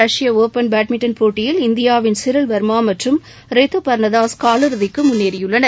Russia open badminton போட்டியில் இந்தியாவின் சிரில் வர்மா மற்றும் ரித்து பர்னதாஸ் காலிறுதிக்கு முன்னேறியுள்ளனர்